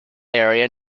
area